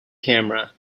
camera